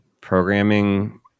programming